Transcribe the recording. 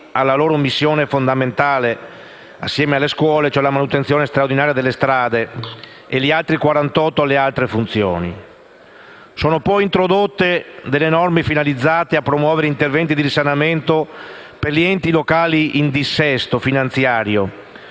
alla loro missione fondamentale, insieme alle scuole, ossia alla manutenzione straordinaria delle strade, e i restanti 48 milioni destinati ad altre funzioni. Sono poi introdotte delle norme finalizzate a promuovere interventi di risanamento per gli enti locali in dissesto finanziario